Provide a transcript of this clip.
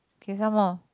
okay some more